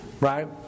Right